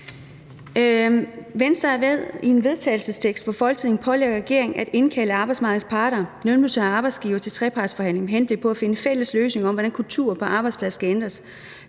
Venstre er med i et forslag til vedtagelse, hvor Folketinget pålægger regeringen at indkalde arbejdsmarkedets parter, lønmodtager og arbejdsgiver, til trepartsforhandlinger med henblik på at finde en fælles løsning på, hvordan kulturen på arbejdspladsen skal ændres.